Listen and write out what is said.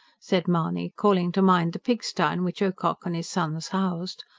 said mahony, calling to mind the pigstye in which ocock and his sons housed.